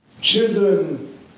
Children